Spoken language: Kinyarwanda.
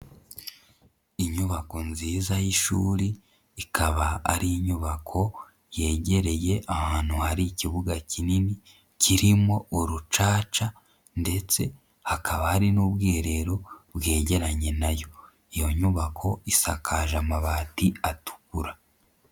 Inyubako nziza y'ishuri ikaba ari inyubako yegereye ahantu hari ikibuga kinini kirimo urucaca ndetse hakaba hari n'ubwiherero bwegeranye na yo, iyo nyubako isakaje amabati atukura.